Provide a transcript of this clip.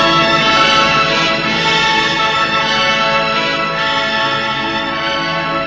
eh eh